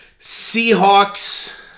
Seahawks